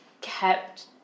kept